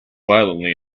violently